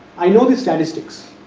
i know this statistics.